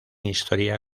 historia